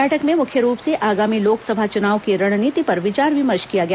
बैठक में मुख्य रूप से आगामी लोकसभा चुनाव की रणनीति पर विचार विमर्श किया गया